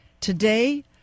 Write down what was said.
Today